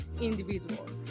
individuals